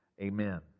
amen